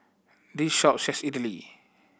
this shop sells Idili